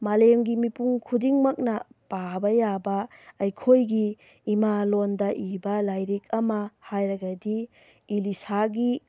ꯃꯥꯂꯦꯝꯒꯤ ꯃꯤꯄꯨꯡ ꯈꯨꯗꯤꯡꯃꯛꯅ ꯄꯥꯕ ꯌꯥꯕ ꯑꯩꯈꯣꯏꯒꯤ ꯏꯃꯥꯂꯣꯟꯗ ꯏꯕ ꯂꯥꯏꯔꯤꯛ ꯑꯃ ꯍꯥꯏꯔꯒꯗꯤ ꯏꯂꯤꯁꯥꯒꯤ